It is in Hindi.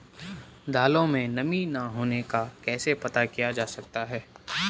दालों में नमी न होने का कैसे पता किया जा सकता है?